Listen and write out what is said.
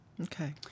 Okay